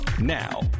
Now